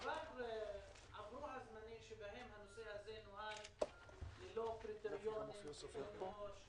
עברו הזמנים שבהם הנושא הזה נוהל ללא קריטריונים ידועים מראש.